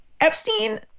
Epstein